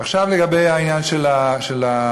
עכשיו לגבי העניין של העורף.